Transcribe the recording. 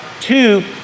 Two